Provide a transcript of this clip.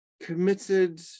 committed